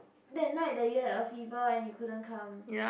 that night that you had a fever and you couldn't come